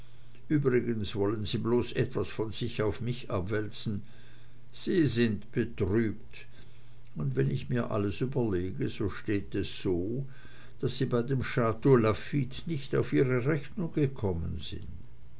übrigens wollen sie bloß etwas von sich auf mich abwälzen sie sind betrübt und wenn ich mir alles überlege so steht es so daß sie bei dem chteau lafitte nicht auf ihre rechnung gekommen sind